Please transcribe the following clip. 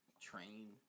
train